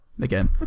again